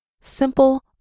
simple